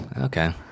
Okay